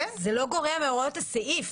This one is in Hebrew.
זה לא גורע מהוראות הסעיף.